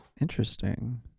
Interesting